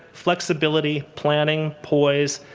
flexibility, planning, poise,